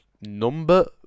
Number